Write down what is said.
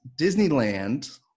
Disneyland